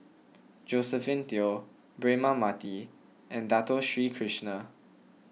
Josephine Teo Braema Mathi and Dato Sri Krishna